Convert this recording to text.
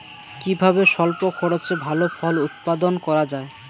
কিভাবে স্বল্প খরচে ভালো ফল উৎপাদন করা যায়?